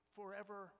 Forever